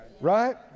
Right